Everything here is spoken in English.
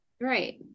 Right